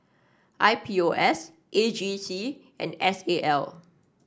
I P O S A G C and S A L